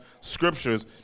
scriptures